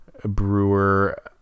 Brewer